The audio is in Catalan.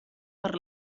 per